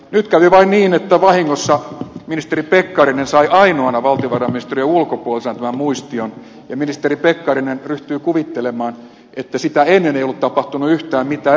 nyt kävi vain niin että vahingossa ministeri pekkarinen sai ainoana valtiovarainministeriön ulkopuolisena tämän muistion ja ministeri pekkarinen ryhtyi kuvittelemaan että sitä ennen ei ollut tapahtunut yhtään mitään